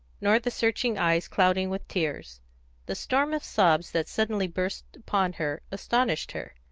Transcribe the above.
nor the searching eyes clouding with tears the storm of sobs that suddenly burst upon her astounded her.